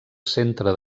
centre